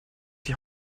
die